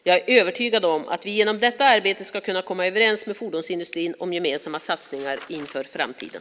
Jag är övertygad om att vi genom detta arbete ska kunna komma överens med fordonsindustrin om gemensamma satsningar inför framtiden.